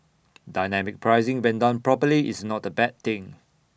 dynamic pricing when done properly is not A bad thing